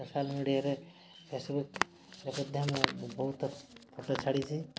social ମିଡ଼ିଆରେ ଏସବୁ ଏସବୁ ଧରଣର ବହୁତ ଫୋଟୋ ଛାଡ଼ିଛି